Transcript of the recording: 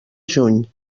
juny